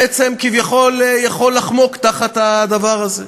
בעצם כביכול יכול לחמוק תחת הדבר הזה.